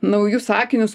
naujus akinius